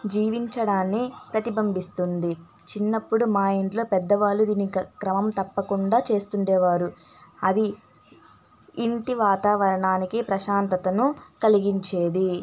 జీవించడాన్ని ప్రతిబంబిస్తుంది చిన్నప్పుడు మా ఇంట్లో పెద్దవాళ్ళు దీన్ని క్రమం తప్పకుండా చేస్తుండేవారు అది ఇంటి వాతావరణానికి ప్రశాంతతను కలిగించేది